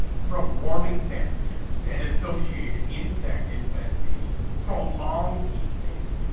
from warming temperatures and associated insect infestations, prolonged heatwaves,